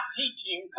teaching